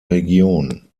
region